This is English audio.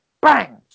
bang